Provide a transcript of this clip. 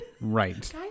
right